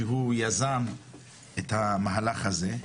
שיזם את המהלך הזה.